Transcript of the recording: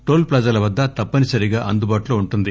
toll ప్లాజాల వద్ద తప్పనిసరిగా అందుబాటులో ఉంటుంది